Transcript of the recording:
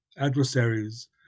adversaries